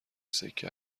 سکه